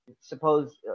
suppose